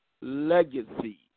legacy